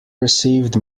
received